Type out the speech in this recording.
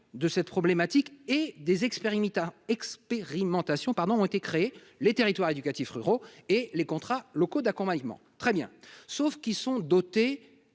de cette problématique et des experts expérimentation pardon ont été créés les territoires éducatif ruraux et les contrats locaux d'accompagnement très bien, sauf qu'ils sont dotés,